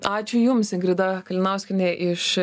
ačiū jums ingrida kalinauskienė iš